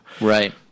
Right